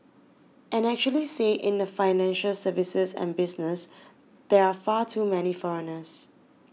and actually say in the financial services and business there are far too many foreigners